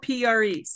PREs